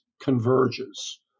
converges